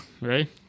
Right